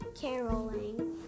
caroling